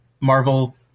Marvel